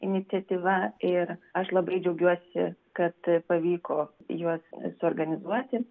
iniciatyva ir aš labai džiaugiuosi kad pavyko juos suorganizuoti